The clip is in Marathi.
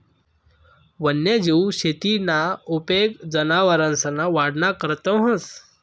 वन्यजीव शेतीना उपेग जनावरसना वाढना करता व्हस